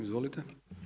Izvolite.